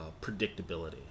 predictability